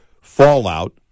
fallout